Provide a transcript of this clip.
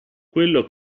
quello